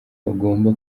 bagomba